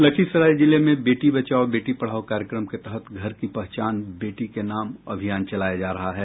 लखीसराय जिले में बेटी बचाओ बेटी पढ़ाओ कार्यक्रम के तहत घर की पहचान बेटी के नाम अभियान चलाया जा रहा है